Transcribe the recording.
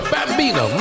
Bambino